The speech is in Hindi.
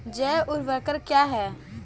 जैव ऊर्वक क्या है?